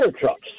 trucks